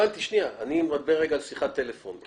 אני מדבר רגע על שיחת טלפון,